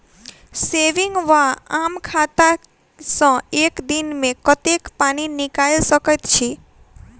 Saving वा आम खाता सँ एक दिनमे कतेक पानि निकाइल सकैत छी?